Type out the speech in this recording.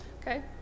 Okay